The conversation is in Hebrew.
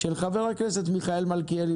של ח"כ מיכאל מלכיאלי.